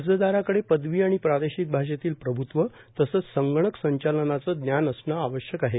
अर्जदाराकडे पदवी व प्रादेशिक भाषेतील प्रभुत्व तसेच संगणक संचालनाचे ज्ञान असणे आवश्यक आहे